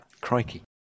Crikey